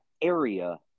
area